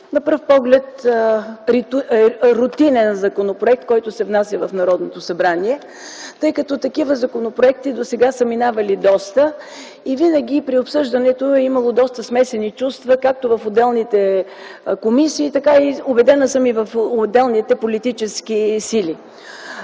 на пръв поглед рутинен законопроект, който се внася в Народното събрание, тъй като такива законопроекти досега са минавали доста и винаги при обсъждането е имало доста смесени чувства както в отделните комисии, така, убедена съм, и в отделните политически сили.